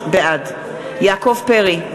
בעד יעקב פרי,